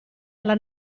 alla